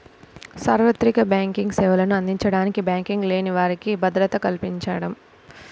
సార్వత్రిక బ్యాంకింగ్ సేవలను అందించడానికి బ్యాంకింగ్ లేని వారికి భద్రత కల్పించడం